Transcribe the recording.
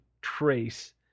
trace